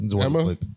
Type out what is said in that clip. Emma